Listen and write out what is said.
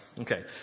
Okay